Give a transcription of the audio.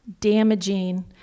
damaging